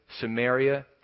Samaria